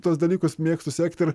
tuos dalykus mėgstu sekti ir